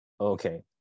Okay